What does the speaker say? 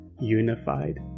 unified